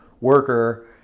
worker